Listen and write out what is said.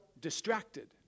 distracted